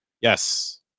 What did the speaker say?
Yes